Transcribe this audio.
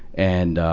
and,